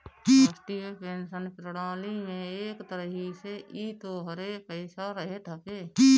राष्ट्रीय पेंशन प्रणाली में एक तरही से इ तोहरे पईसा रहत हवे